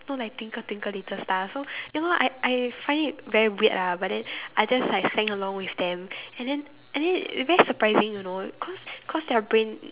not like twinkle twinkle little star so ya lor I I find it very weird lah but then I just like sang along with them and then and then it very surprising you know cause cause their brain